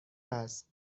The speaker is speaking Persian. است